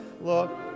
look